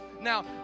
Now